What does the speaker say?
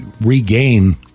regain